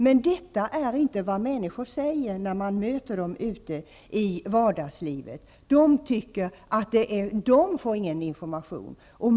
Men detta är inte vad människor säger när man möter dem i vardagslivet. De tycker att de inte får någon information.